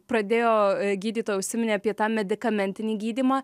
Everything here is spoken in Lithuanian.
pradėjo gydytoja užsiminė apie tą medikamentinį gydymą